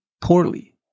poorly